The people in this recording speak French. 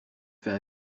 fait